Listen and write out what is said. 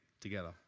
together